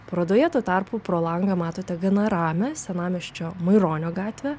parodoje tuo tarpu pro langą matote gana ramią senamiesčio maironio gatvę